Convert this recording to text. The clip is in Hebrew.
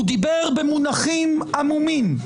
הוא דיבר במונחים עמומים.